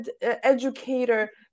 educator